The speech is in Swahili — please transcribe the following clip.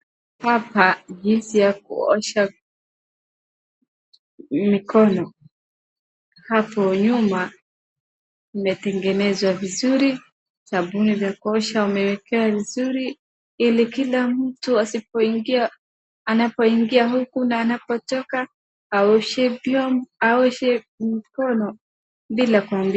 Hapa jinsi ya kuosha mikono. Hapo nyuma imetengenezwa vizuri, sabuni vya kuoshea umewekea vizuri ili kila mtu asipoingia anapoingia huku na anapotoka aoshe aoshe mkono bila kuambiwa.